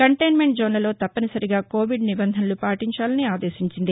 contain meant జోన్లలో తప్పనిసరిగా Covid నిబంధనలు పాటించాలని ఆదేశించింది